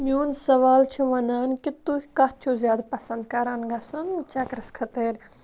میٛون سَوال چھُ وَنان کہِ تُہۍ کَتھ چھِو زیادٕ پَسَنٛد کَران گَژھُن چَکرَس خٲطرٕ